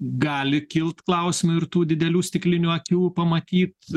gali kilt klausimų ir tų didelių stiklinių akių pamatyt